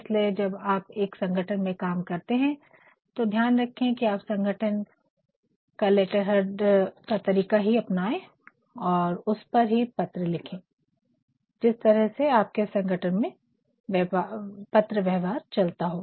इसलिए जब आप एक संगठन में काम करते है तो ध्यान रखे की आप संगठन का लेटरहेड का तरीका ही अपनाय और उस पर ही लिखे जिस तरह से आपके संगठन में पत्र वयवहार चलता हो